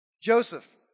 Joseph